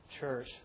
church